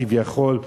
כביכול,